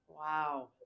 Wow